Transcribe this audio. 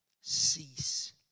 cease